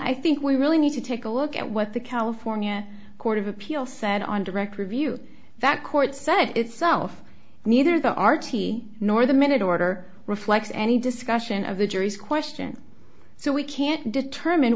i think we really need to take a look at what the california court of appeal said on direct review that court set itself neither the r t c nor the minute order reflects any discussion of the jury's question so we can't determine